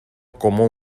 como